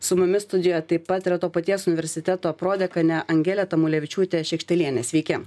su mumis studijoj taip pat yra to paties universiteto prodekanė angelė tamulevičiūtė šekštelienė sveiki